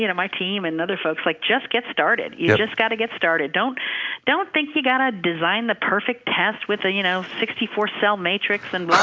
you know my team and other folks, like just get started. you just got to get started. don't don't think you got to design the perfect test with a you know sixty four cell matrix and bla,